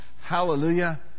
Hallelujah